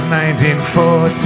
1914